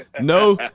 No